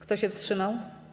Kto się wstrzymał?